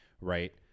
right